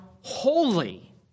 holy